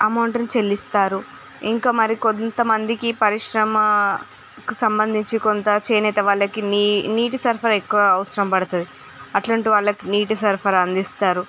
అమౌంట్ని చెల్లిస్తారు ఇంకా మరి కొంత మందికి పరిశ్రమకు సంబంధించి కొంత చేనేత వాళ్ళకి నీటి సరఫరా ఎక్కువ అవసరం పడుతుంది అట్లాంటి వాళ్ళకి నీటి సరఫరా అందిస్తారు